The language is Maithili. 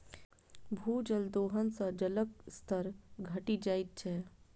भूजल दोहन सं जलक स्तर घटि जाइत छै